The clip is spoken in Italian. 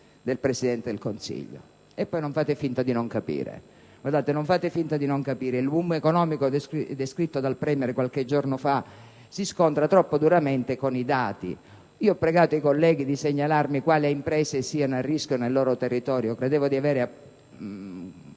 del Presidente del Consiglio? E poi, non fate finta di non capire: il *boom* economico descritto dal *premier* qualche giorno fa si scontra troppo duramente con i dati. Ho pregato i colleghi di segnalarmi quali imprese siano a rischio nel loro territorio: credevo di aver